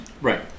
Right